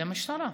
למשטרה.